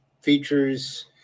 features